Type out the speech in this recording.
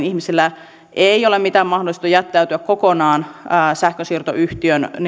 ihmisillä ei ole mitään mahdollisuutta jättäytyä kokonaan sähkönsiirtoyhtiön